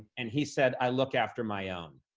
and he said, i look after my own.